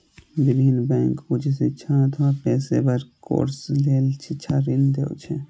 विभिन्न बैंक उच्च शिक्षा अथवा पेशेवर कोर्स लेल शिक्षा ऋण दै छै